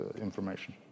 information